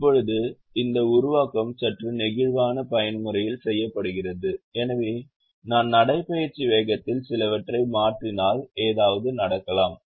இப்போது இந்த உருவாக்கம் சற்று நெகிழ்வான பயன்முறையில் செய்யப்படுகிறது எனவே நான் நடைபயிற்சி வேகத்தில் சிலவற்றை மாற்றினால் ஏதாவது நடக்கலாம்